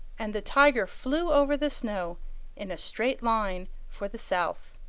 and the tiger flew over the snow in a straight line for the south,